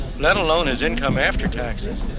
let alone his income after taxes,